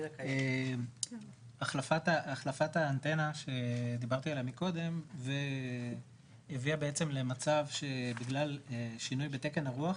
החלפת האנטנה שדיברתי עליה קודם הביאה למצב שבגלל שינוי בתקן הרוח